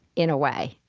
in a way.